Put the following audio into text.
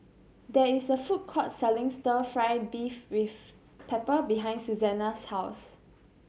there is a food court selling Stir Fry beef with pepper behind Susana's house